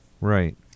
Right